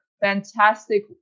fantastic